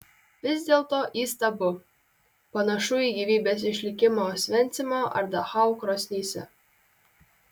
vis dėlto įstabu panašu į gyvybės išlikimą osvencimo ar dachau krosnyse